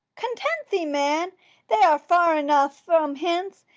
content thee, man they are far enough from hence,